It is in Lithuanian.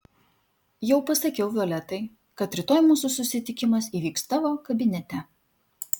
jau pasakiau violetai kad rytoj mūsų susitikimas įvyks tavo kabinete